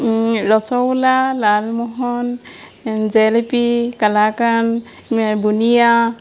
ৰসগোলা লালমোহন জেলেপী কালাকান বুনিয়া